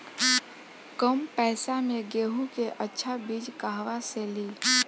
कम पैसा में गेहूं के अच्छा बिज कहवा से ली?